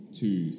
two